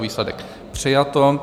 Výsledek: přijato.